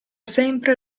sempre